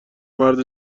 مرد